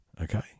okay